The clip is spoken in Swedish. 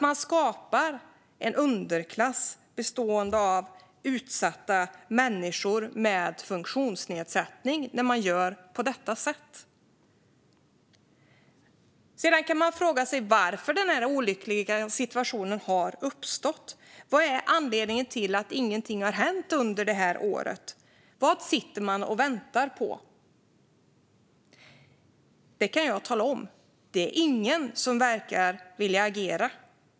Man skapar en underklass bestående av utsatta människor med funktionsnedsättning när man gör på detta sätt. Sedan kan man fråga sig varför den här olyckliga situationen har uppstått. Vad är anledningen till att ingenting har hänt under det här året? Vad sitter man och väntar på? Det kan jag tala om. Det är ingen som verkar vilja agera.